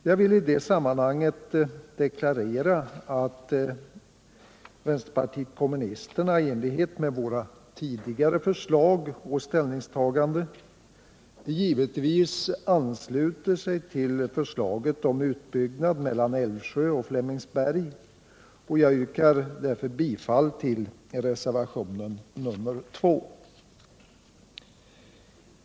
Jag vill i det sammanhanget deklarera att vi inom vänsterpartiet kommunisterna i enlighet med våra tidigare förslag och ställningstaganden givetvis ansluter oss till förslaget om utbyggnad på sträckan Älvsjö-Flemingsberg. Jag yrkar därför bifall till reservationen 2 i denna del.